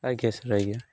ଆଜ୍ଞା ସାର୍ ଆଜ୍ଞା